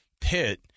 pit